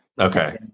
Okay